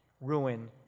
ruin